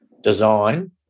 design